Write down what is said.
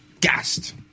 gassed